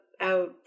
out